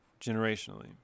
Generationally